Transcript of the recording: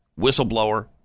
whistleblower